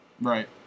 Right